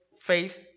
faith